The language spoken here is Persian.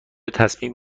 تصمیم